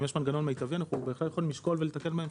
אם יש מנגנון מיטבי אנחנו בהחלט יכולים לשקול ולתקן בהמשך.